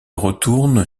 retourne